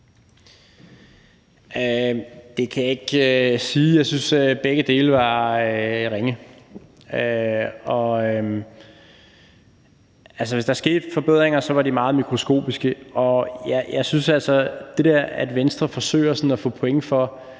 Det kan jeg ikke sige. Jeg synes, begge dele var ringe. Og hvis der skete forbedringer, var de meget mikroskopiske. Jeg synes altså, at det der